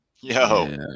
Yo